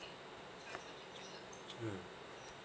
mm